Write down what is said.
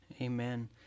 Amen